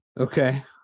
Okay